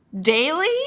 Daily